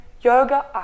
yoga